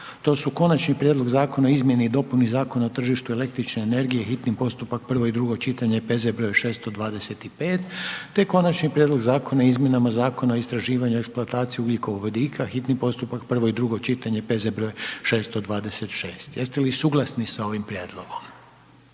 to su: - Konačni prijedlog zakona o izmjeni i dopuni Zakona o tržištu električne energije, hitni postupak, prvo i drugo čitanje, P.Z. br. 625, te - Konačni prijedlog zakona o izmjenama Zakona o istraživanju i eksploataciji ugljikovodika, hitni postupak, prvo i drugo čitanje, P.Z. br. 626. Jeste li suglasni sa ovim prijedlogom?